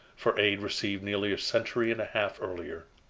for aid received nearly a century and a half earlier.